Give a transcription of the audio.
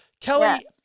Kelly